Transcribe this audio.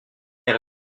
elle